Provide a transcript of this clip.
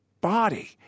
body